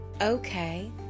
Okay